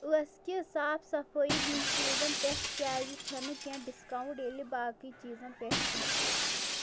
ٲس کہِ صاف صفٲیی ہِنٛدۍ چیٖزن پٮ۪ٹھ کیٛازِ چھنہٕ کیںٛہہ ڈسکاونٹ ییٚلہِ باقٕے چیزن پٮ۪ٹھ چھ